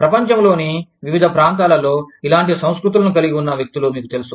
ప్రపంచంలోని వివిధ ప్రాంతాలలో ఇలాంటి సంస్కృతులను కలిగి ఉన్న వ్యక్తులు మీకు తెలుసు